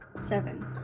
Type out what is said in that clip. seven